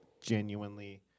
genuinely